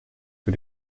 für